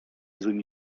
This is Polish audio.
złymi